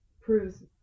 proves